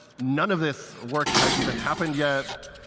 none of this work has even happened yet.